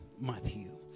Matthew